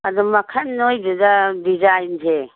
ꯑꯗꯨ ꯃꯈꯟ ꯅꯣꯏꯗꯨꯗ ꯗꯤꯖꯥꯏꯟꯁꯦ